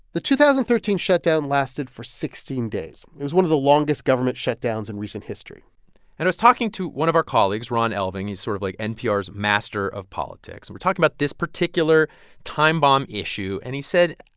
the two thousand and thirteen shutdown lasted for sixteen days. it was one of the longest government shutdowns in recent history and i was talking to one of our colleagues, ron elving. he's sort of like npr's master of politics. and we're talking about this particular time bomb issue. and he said,